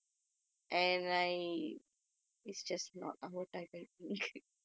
ya lah we are just upfront just to the point